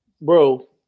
Bro